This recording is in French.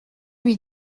lui